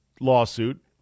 lawsuit